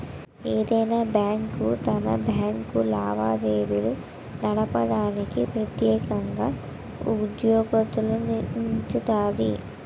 ఏదైనా బ్యాంకు తన బ్యాంకు లావాదేవీలు నడపడానికి ప్రెత్యేకంగా ఉద్యోగత్తులనుంచుతాది